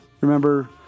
Remember